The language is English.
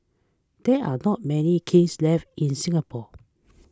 there are not many kilns left in Singapore